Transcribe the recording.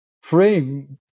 frame